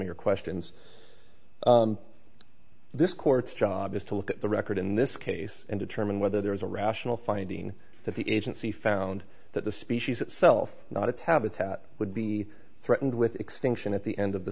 of your questions this court's job is to look at the record in this case and determine whether there is a rational finding that the agency found that the species itself not its habitat would be threatened with extinction at the end of the